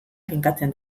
finkatzen